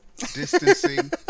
distancing